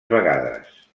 vegades